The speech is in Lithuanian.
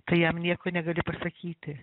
tai jam nieko negali pasakyti